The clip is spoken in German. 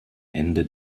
ende